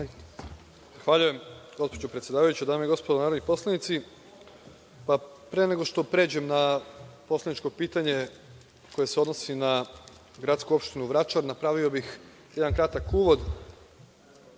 Zahvaljujem gospođo predsedavajuća. Dame i gospodo narodni poslanici, pre nego što pređem na poslaničko pitanje koje se odnosi na gradsku opštinu Vračar, napravio bih jedan kratak